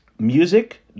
Music